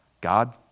God